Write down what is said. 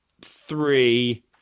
three